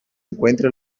encuentra